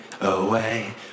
away